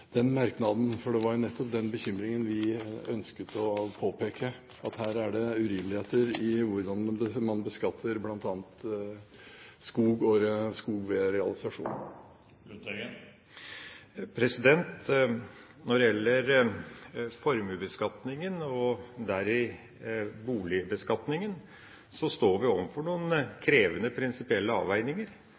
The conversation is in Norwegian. merknaden, for det var jo nettopp den bekymringen vi ønsket å påpeke at her er det urimeligheter i hvordan man beskatter bl.a. skog ved realisasjon. Når det gjelder formuesbeskatningen, og deri boligbeskatningen, står vi overfor noen krevende prinsipielle avveininger.